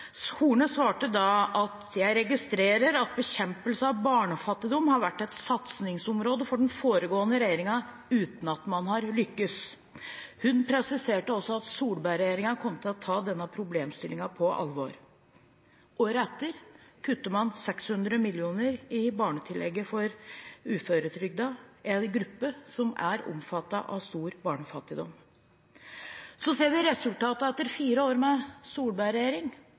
Horne svarte da: «Jeg registrerer at bekjempelse av barnefattigdom har vært et satsingsområde for den foregående regjeringen uten at man har lyktes Hun presiserte også at Solberg-regjeringen kom til å ta denne problemstillingen på alvor. Året etter kutter man 600 mill. kr i barnetillegget for uføretrygdede, en gruppe som er omfattet av stor barnefattigdom. Vi ser resultatene etter fire år med